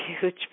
huge